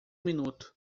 minuto